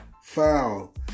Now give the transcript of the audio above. foul